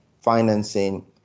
financing